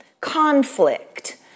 conflict